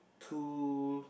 two